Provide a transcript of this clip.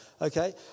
Okay